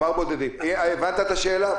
הבנת את השאלה?